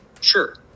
Sure